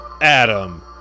Adam